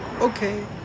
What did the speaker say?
okay